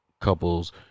couples